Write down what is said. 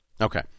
Okay